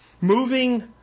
Moving